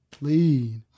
lead